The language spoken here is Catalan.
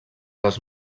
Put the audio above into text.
les